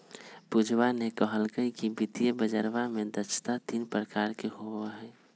पूजवा ने कहल कई कि वित्तीय बजरवा में दक्षता तीन प्रकार के होबा हई